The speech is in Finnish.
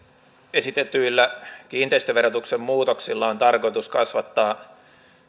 esitetyillä kiinteistöverotuksen muutoksilla on tarkoitus kasvattaa